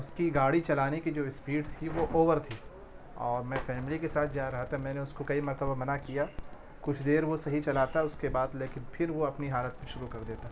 اس کی گاڑی چلانے کی جو اسپیڈ تھی وہ اوور تھی اور میں فیملی کے ساتھ جا رہا تھا میں نے اس کو کئی مرتبہ منع کیا کچھ دیر وہ صحیح چلاتا ہے اس کے بعد لیکن وہ پھر وہ اپنی حالت پہ شروع کر دیتا ہے